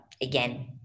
again